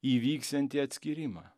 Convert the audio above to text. įvyksiantį atskyrimą